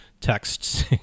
texts